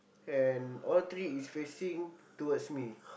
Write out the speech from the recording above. and all three is facing towards me